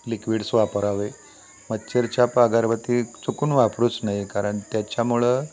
liquids वापरावे मच्छरछाप आगरबत्ती चुकून वापरूच नये कारण त्याच्यामुळं